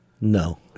No